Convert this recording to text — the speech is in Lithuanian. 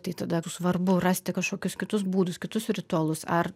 tai tada svarbu rasti kažkokius kitus būdus kitus ritualus ar